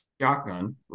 shotgun